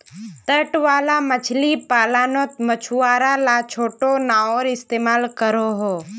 तट वाला मछली पालानोत मछुआरा ला छोटो नओर इस्तेमाल करोह